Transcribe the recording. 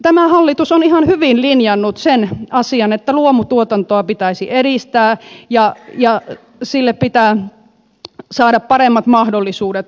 tämä hallitus on ihan hyvin linjannut sen asian että luomutuotantoa pitäisi edistää ja sille pitää saada paremmat mahdollisuudet tulevaisuudessa